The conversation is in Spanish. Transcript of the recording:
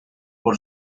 por